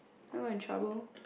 then I got in trouble